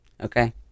Okay